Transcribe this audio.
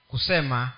Kusema